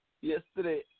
Yesterday